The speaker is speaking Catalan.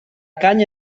canya